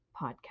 podcast